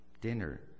dinner